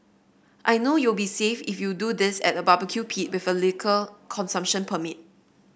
I know you'll be safe if you do this at a barbecue pit with a liquor consumption permit